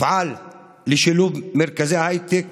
אפעל לשילוב מרכזי הייטק